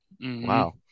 wow